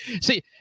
see